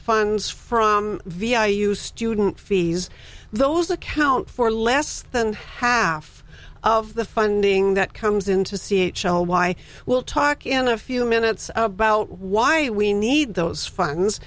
funds from vi you student fees those account for less than half of the funding that comes into c h l why we'll talk in a few minutes about why we need those funds